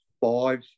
five